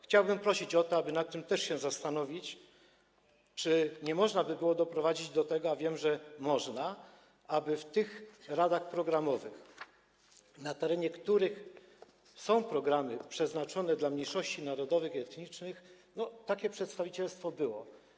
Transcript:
Chciałbym prosić o to, aby zastanowić się też nad tym, czy nie można by było doprowadzić do tego, a wiem, że można, aby w tych radach programowych, w przypadku których są programy przeznaczone dla mniejszości narodowych i etnicznych, takie przedstawicielstwo było.